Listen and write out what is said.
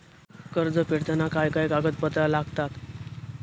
कर्ज फेडताना काय काय कागदपत्रा लागतात?